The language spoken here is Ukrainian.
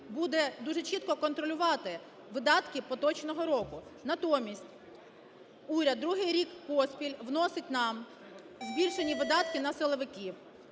буде дуже чітко контролювати видатки поточного року. Натомість уряд другий рік поспіль вносить нам збільшені видатки на силовиків,